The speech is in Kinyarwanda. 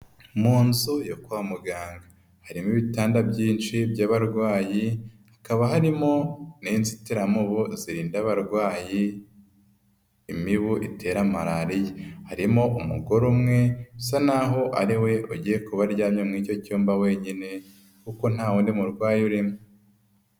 Mu nzu yo kwa muganga harimo ibitanda byinshi by'abarwayi hakaba harimo n'inzitiramubu zirinda abarwayi imibu itera malariya, harimo umugore umwe usa n'aho aho ariwe ugiye kuba aryamye muri cyo cyumba wenyine kuko nta wundi murwayi urimo.